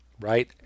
right